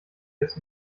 als